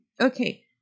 Okay